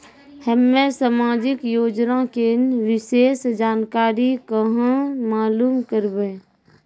हम्मे समाजिक योजना के विशेष जानकारी कहाँ मालूम करबै?